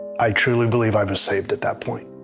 i truly believe i was saved at that point,